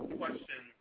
question